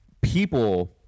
people